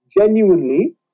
Genuinely